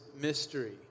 mystery